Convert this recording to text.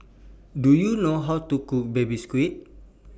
Do YOU know How to Cook Baby Squid